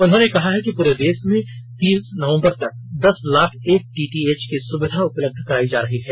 उन्होंने कहा है कि पूरे देश में तीस नवंबर तक दस लाख एफटीटीएच की सुविधा उपलब्ध कराई जा रही है